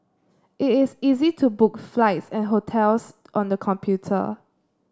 it is easy to book flights and hotels on the computer